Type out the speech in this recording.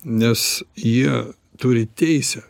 nes jie turi teisę